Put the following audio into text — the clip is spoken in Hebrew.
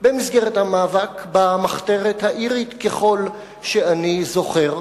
במסגרת המאבק במחתרת האירית, ככל שאני זוכר.